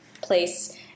place